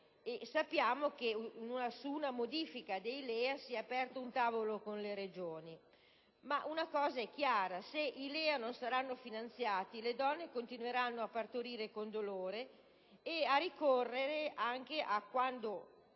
sappiamo che su una modifica dei LEA si è aperto un tavolo con le Regioni. Una cosa è chiara: se i LEA non saranno finanziati, le donne continueranno a partorire con dolore e a ricorrere, anche quando